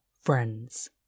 friends